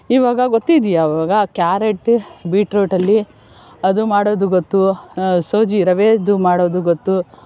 ಇವಾಗ ಗೊತ್ತಿದೆಯಾ ಇವಾಗ ಕ್ಯಾರೆಟ್ ಬಿಟ್ರೋಟಲ್ಲಿ ಅದು ಮಾಡೋದು ಗೊತ್ತು ಸೂಜಿ ರವೆದು ಮಾಡೋದು ಗೊತ್ತು